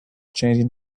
changing